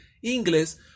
inglés